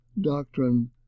doctrine